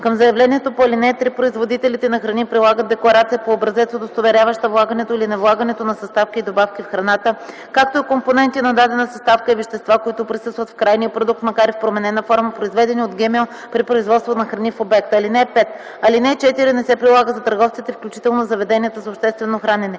Към заявлението по ал. 3 производителите на храни прилагат декларация по образец, удостоверяваща влагането или невлагането на съставки и добавки в храната, както и компоненти на дадена съставка, и вещества, които присъстват в крайния продукт, макар и в променена форма, произведени от ГМО при производство на храни в обекта. (5) Алинея 4 не се прилага за търговците, включително заведенията за обществено хранене.”